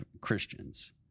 Christians